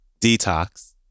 Detox